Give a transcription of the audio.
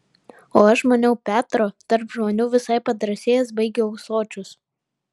o aš maniau petro tarp žmonių visai padrąsėjęs baigia ūsočius